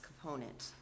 component